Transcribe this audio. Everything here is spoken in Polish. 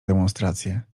demonstracje